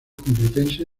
complutense